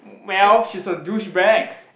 well she's a douchebag